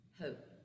hope